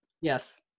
Yes